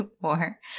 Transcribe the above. more